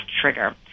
trigger